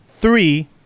three